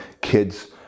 Kids